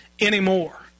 anymore